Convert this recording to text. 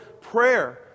Prayer